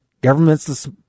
Government's